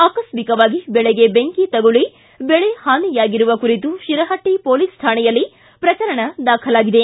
ಆಕಸ್ಥಿವಾಗಿ ಬೆಳೆಗೆ ಬೆಂಕಿ ತಗುಲಿ ಬೆಳೆ ಹಾನಿಯಾಗಿರುವ ಕುರಿತು ಶಿರಹಟ್ಟಿ ಪೊಲೀಸ್ ಠಾಣೆಯಲ್ಲಿ ಪ್ರಕರಣ ದಾಖಲಾಗಿದೆ